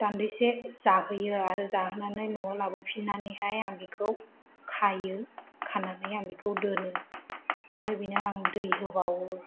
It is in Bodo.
दानदिसे जाहोयो आरो जाहोनानै न'आव लाबोफिननानैहाय आं बिखौ खायो खानानै आं बिखौ दोनो आरो बेनो आं दै होबावो